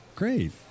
Great